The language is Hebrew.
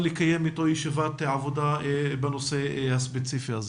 לקיים איתו ישיבת עבודה בנושא הספציפי זה.